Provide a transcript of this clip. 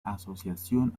asociación